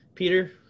Peter